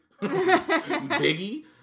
Biggie